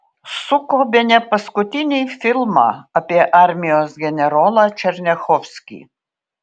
suko bene paskutinį filmą apie armijos generolą černiachovskį